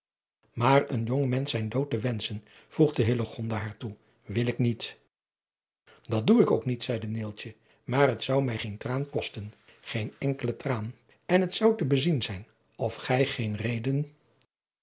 naar een jong mensch zijn dood te wenschen voegde hillegonda haar toe wil ik niet dat doe ik ook niet zeide neeltje maar het zou mij geen traan kosten geen enkelen traan en het zou te bezien zijn of gij geen reden